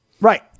Right